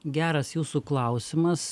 geras jūsų klausimas